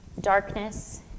darkness